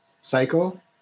cycle